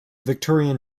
victorian